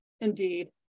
Indeed